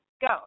Go